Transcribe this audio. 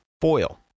foil